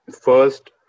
first